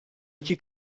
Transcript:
iki